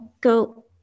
go